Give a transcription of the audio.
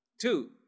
Two